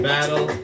Battle